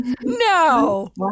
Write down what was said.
No